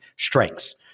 strengths